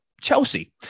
Chelsea